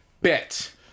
bet